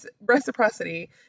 reciprocity